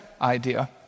idea